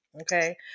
okay